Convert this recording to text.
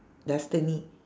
destiny